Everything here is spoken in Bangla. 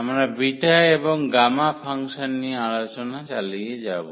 আমরা বিটা এবং গামা ফাংশন নিয়ে আলোচনা চালিয়ে যাব